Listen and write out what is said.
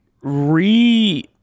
re